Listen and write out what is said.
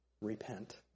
Repent